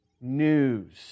news